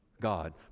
God